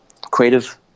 creative